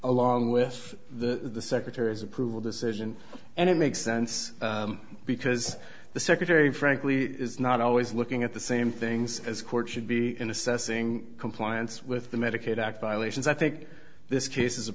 along with the secretary's approval decision and it makes sense because the secretary frankly is not always looking at the same things as court should be in assessing compliance with the medicaid act violations i think this case